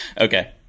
Okay